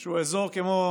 שהוא אזור כמו,